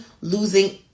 Losing